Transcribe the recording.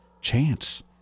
chance